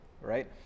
right